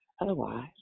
Otherwise